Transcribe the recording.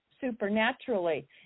supernaturally